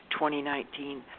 2019